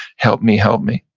help me, help me.